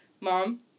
Mom